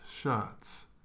shots